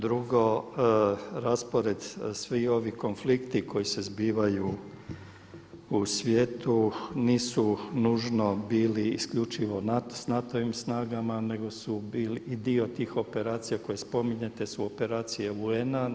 Drugo, raspored, svi ovi konflikti koji se zbivaju u svijetu nisu nužno bili isključivo sa NATO-vim snagama nego su bili i dio tih operacija koje spominjete su operacije UN-a.